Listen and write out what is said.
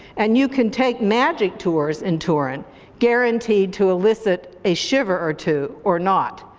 and you can take magic tours in turin guaranteed to elicit a shiver or two, or not,